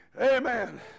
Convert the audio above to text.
Amen